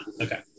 Okay